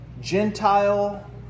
Gentile